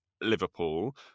Liverpool